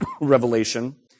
revelation